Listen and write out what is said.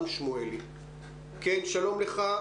שלום לך.